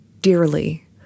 dearly